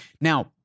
Now